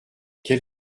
quel